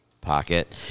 pocket